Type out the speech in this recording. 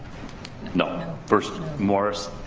no. first. morris.